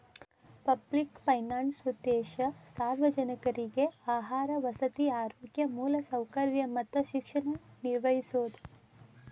public finance ಉದ್ದೇಶ ಸಾರ್ವಜನಿಕ್ರಿಗೆ ಆಹಾರ ವಸತಿ ಆರೋಗ್ಯ ಮೂಲಸೌಕರ್ಯ ಮತ್ತ ಶಿಕ್ಷಣ ನಿರ್ವಹಿಸೋದ